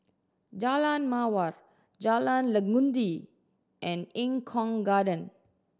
Jalan Mawar Jalan Legundi and Eng Kong Garden